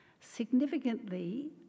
Significantly